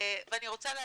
אני רוצה להגיד,